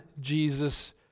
Jesus